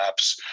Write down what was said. apps